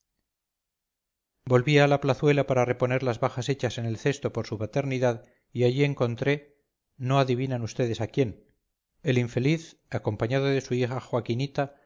volvía a la plazuela para reponer las bajas hechas en el cesto por su paternidad y allí encontré no adivinan vds a quién el infeliz acompañado de su hija joaquinita a